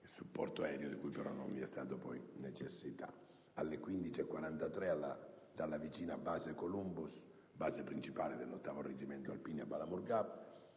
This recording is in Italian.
il supporto aereo, di cui però poi non vi è stata necessità. Alle 15,43, dalla vicina base Columbus, base principale dell'8° reggimento alpini a Bala